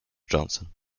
johnson